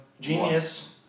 genius